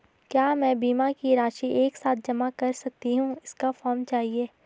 क्या मैं बीमा की राशि एक साथ जमा कर सकती हूँ इसका फॉर्म चाहिए?